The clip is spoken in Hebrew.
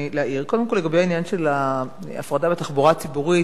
קודם כול לעניין של הפרדה בתחבורה הציבורית,